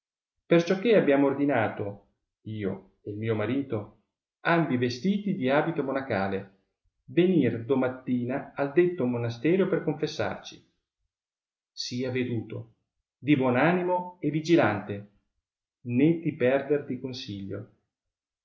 perciò che abbiamo ordinato io e il mio marito ambi vestiti di abito monacale venir domattina al detto monasterio per confessarci sii aveduto di buon animo e vigilante né ti perder di consiglio